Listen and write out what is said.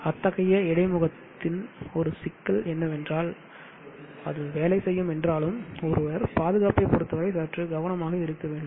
அத்தகைய இடைமுகத்தின் ஒரு சிக்கல் என்னவென்றால் அது வேலை செய்யும் என்றாலும் ஒருவர் பாதுகாப்பைப் பொறுத்தவரை சற்று கவனமாக இருக்க வேண்டும்